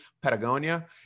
patagonia